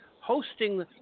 hosting